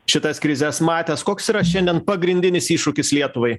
šitas krizes matęs koks yra šiandien pagrindinis iššūkis lietuvai